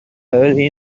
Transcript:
early